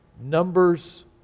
Numbers